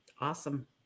Awesome